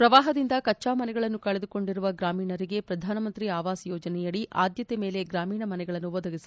ಪ್ರವಾಹದಿಂದ ಕಚ್ಛಾ ಮನೆಗಳನ್ನು ಕಳೆದುಕೊಂಡಿರುವ ಗ್ರಾಮೀಣರಿಗೆ ಪ್ರಧಾನಮಂತ್ರಿ ಆವಾಸ್ ಯೋಜನೆಯಡಿ ಆಧ್ಯತೆ ಮೇಲೆ ಗ್ರಾಮೀಣ ಮನೆಗಳನ್ನು ಒದಗಿಸಲಾಗುವುದು